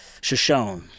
Shoshone